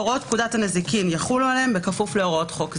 הוראות פקודת הנזיקין יחולו עליהם בכפוף להוראות חוק זה.